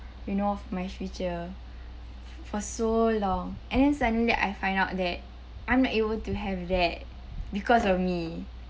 you know of my future for so long and then suddenly I find out that I'm not able to have that because of me